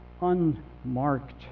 unmarked